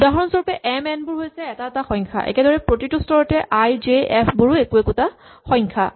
উদাহৰণস্বৰূপে M N বোৰ হৈছে এটা এটা সংখ্যা একেদৰে প্ৰতিটো স্তৰতে আই জে এফ বোৰ একো একোটা সংখ্যা